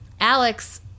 Alex